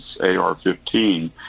AR-15